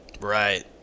Right